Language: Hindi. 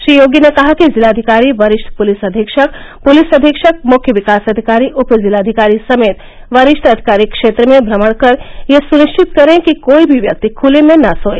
श्री योगी ने कहा कि जिलाधिकारी वरिष्ठ पुलिस अधीक्षक पुलिस अधीक्षक मुख्य विकास अधिकारी उपजिलाधिकारी समेत वरिष्ठ अधिकारी क्षेत्र में भ्रमण कर यह सुनिश्चित करें कि कोई भी व्यक्ति खुले में न सोए